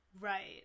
Right